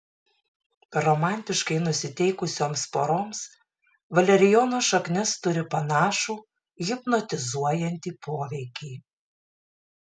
romantiškai nusiteikusioms poroms valerijono šaknis turi panašų hipnotizuojantį poveikį